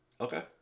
Okay